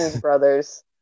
brothers